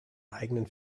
eigenen